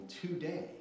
today